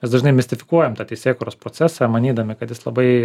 mes dažnai mistifikuojam tą teisėkūros procesą manydami kad jis labai